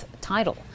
title